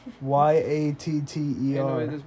Y-A-T-T-E-R